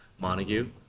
Montague